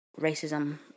Racism